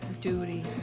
Duty